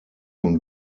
und